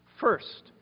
First